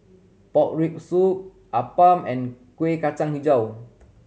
pork rib soup appam and Kueh Kacang Hijau